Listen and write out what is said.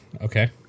okay